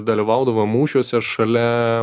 dalyvaudavo mūšiuose šalia